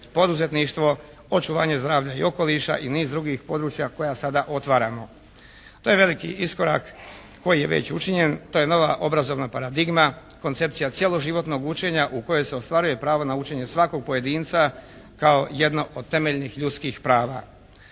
poduzetništvo, očuvanje zdravlja i okoliša i niz drugih područja koja sada otvaramo. To je veliki iskorak koji je već učinjen, to je nova obrazovna paradigma, koncepcija cijelog životnog učenja u kojem se ostvaruje pravo na učenje svakog pojedinca kao jedno od temeljnih ljudskih prava.